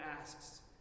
asks